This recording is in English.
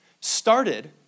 started